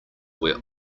where